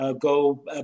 go